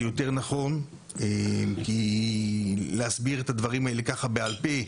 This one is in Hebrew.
זה יותר נכון כי להסביר את הדברים האלה בעל פה,